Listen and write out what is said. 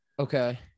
Okay